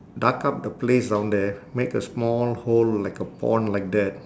dug up the place down there make a small hole like a pond like that